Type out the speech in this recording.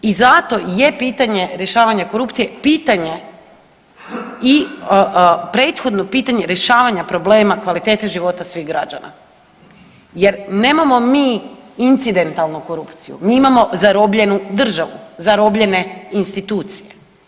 I zato je pitanje rješavanja korupcije, pitanje i prethodno pitanje rješavanja problema kvalitete života svih građana jer, nemamo mi incidentalnu korupciju, mi imamo zarobljenu državu, zarobljene institucije.